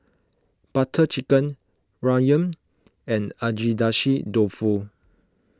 Butter Chicken Ramyeon and Agedashi Dofu